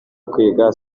kwiga